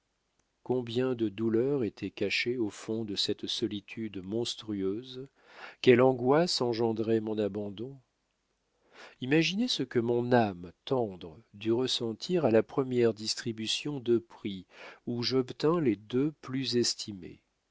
combien de douleurs étaient cachées au fond de cette solitude monstrueuse quelles angoisses engendrait mon abandon imaginez ce que mon âme tendre dut ressentir à la première distribution de prix où j'obtins les deux plus estimés